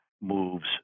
moves